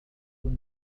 كنت